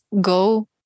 go